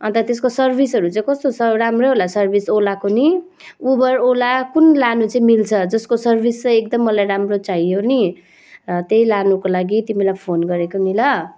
अन्त त्यसको सर्भिसहरू चाहिँ कस्तो छ राम्रो होला सर्विस ओलाको नि उबर ओला कुन लानु चाहिँ मिल्छ जसको सर्विस चाहिँ एकदम मलाई राम्रो चाहियो नि र त्यही लानुको लागि तिमीलाई फोन गरेको नि ल